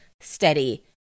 steady